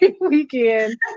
weekend